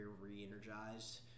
re-energized